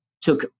took